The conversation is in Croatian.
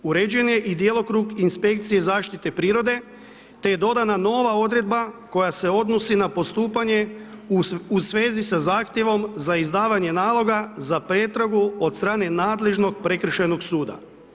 Uređen je i djelokrug inspekcije zaštite prirode te je dodana nova odredba koja se odnosi na postupanje u svezi sa zahtjevom za izdavanje naloga za pretragu od strane nadležnog prekršajnog suda.